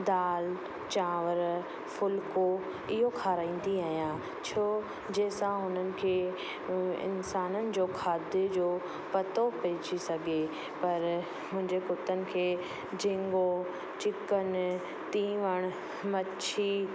दालि चांवर फुल्को इहो खाराईंदी आहियां छो जंहिंसां हुननि खे इंसाननि जो खाधे जो पतो पेईजी सघे पर मुंहिंजे कुतनि खे झिंगो चिकन तीवण मछी